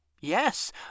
Yes